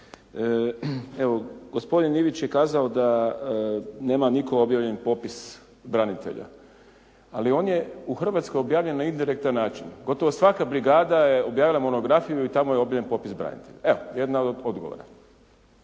Evo, gospodin Ivić je kazao da nema nitko objavljen popis branitelja, ali on je u Hrvatskoj objavljen na indirektan način. Gotovo svaka brigada je objavila monografiju i tamo je objavljen popis branitelja. Evo, jedan od odgovora.